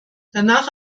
danach